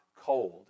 cold